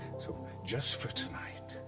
so, just for tonight.